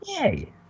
Yay